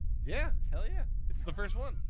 yeah, hell yeah. it's the first one!